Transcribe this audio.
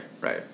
Right